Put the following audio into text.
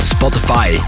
Spotify